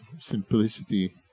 simplicity